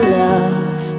love